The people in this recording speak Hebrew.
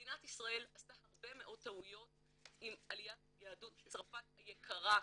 מדינת ישראל עשתה הרבה מאוד טעויות עם עליית יהדות צרפת היקרה.